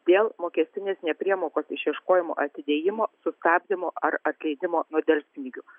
dėl mokestinės nepriemokos išieškojimo atidėjimo sustabdymo ar atleidimo nuo delspinigių